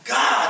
God